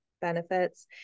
benefits